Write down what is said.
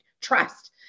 trust